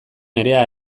nerea